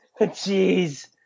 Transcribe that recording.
Jeez